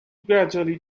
gradually